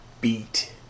beat